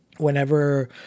Whenever